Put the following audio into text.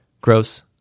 Gross